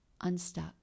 unstuck